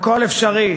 הכול אפשרי.